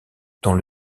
dans